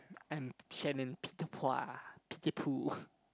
I'm cannon Peter Pan Pitipool